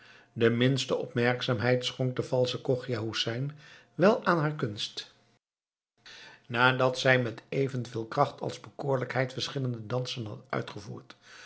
de minste opmerkzaamheid schonk de valsche chogia hoesein wel aan haar kunst nadat zij met evenveel kracht als bekoorlijkheid verschillende dansen had uitgevoerd